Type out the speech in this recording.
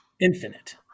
infinite